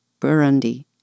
Burundi